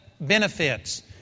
benefits